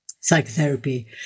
psychotherapy